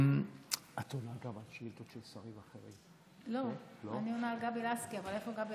גברתי השרה, אמרת דבר גדול לגבי